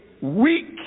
weak